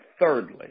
thirdly